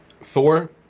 Thor